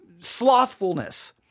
Slothfulness